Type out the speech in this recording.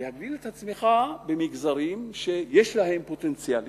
להגדיל את הצמיחה במגזרים שיש להם פוטנציאל,